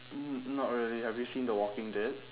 mm not really have you seen the walking dead